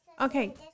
okay